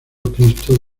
cristo